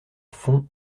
fond